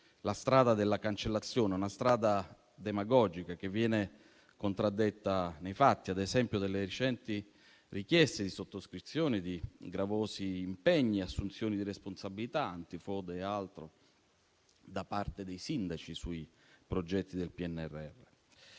la strada della cancellazione; una strada demagogica che viene contraddetta nei fatti, ad esempio dalle recenti richieste di sottoscrizione di gravosi impegni, assunzioni di responsabilità antifrode e altro, da parte dei sindaci sui progetti del PNRR.